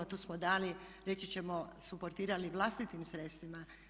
Tu smo dali reći ćemo supportirali vlastitim sredstvima.